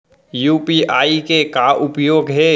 UPI के का उपयोग हे?